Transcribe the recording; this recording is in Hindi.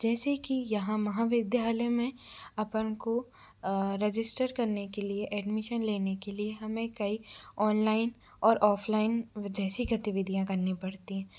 जैसे कि यहाँ महाविद्यालय में अपन को रजिस्टर करने के लिए एडमिशन लेने के लिए हमें कई ऑनलाइन और ऑफ़लाइन विद ऐसी गतिविधियाँ करनी पड़ती हैं